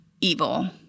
evil